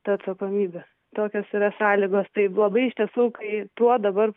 ta atsakomybė tokios yra sąlygos tai labai iš tiesų kai tuo dabar